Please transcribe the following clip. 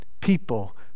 people